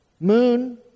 moon